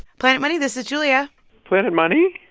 planet money. this is julia planet money?